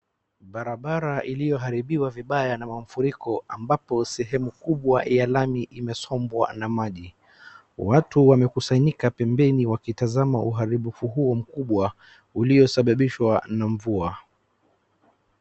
Barabara iliyoharibiwa vibaya na mafuriko ambapo sehemu kubwa ya lami imsombwa na maji. Watu wamekusanyika pembeni wakitazama uharibifu huo mkubwa uliosababishwa na mvua.